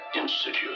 Institute